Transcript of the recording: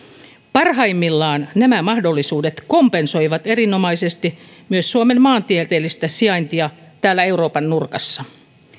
parhaimmillaan nämä mahdollisuudet kompensoivat erinomaisesti myös suomen maantieteellistä sijaintia täällä euroopan nurkassa